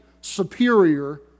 superior